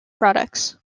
products